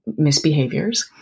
misbehaviors